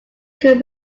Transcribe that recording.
could